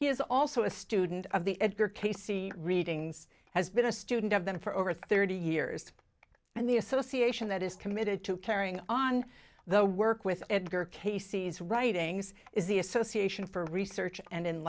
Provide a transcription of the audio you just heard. he is also a student of the edgar casey readings has been a student of them for over thirty years and the association that is committed to carrying on the work with edgar casey's writings is the association for research and